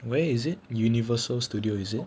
where is it universal studio is it